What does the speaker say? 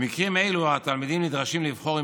במקרים אלו התלמידים נדרשים לבחור אם